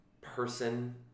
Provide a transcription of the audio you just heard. person